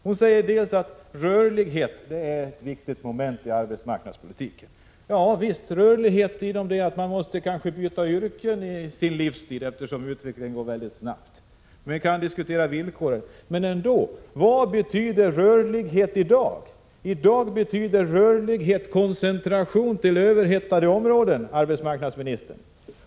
— Hon säger exempelvis att rörlighet är ett viktigt moment inom arbetsmarknadspolitiken. Ja visst, så till vida att man kanske måste byta yrke under sin livstid, eftersom utvecklingen går mycket snabbt. Vi kan diskutera villkoren härvidlag. Men vad betyder rörlighet i dag? Jo, det betyder koncentration till överhettade områden, arbetsmarknadsministern!